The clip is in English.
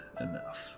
enough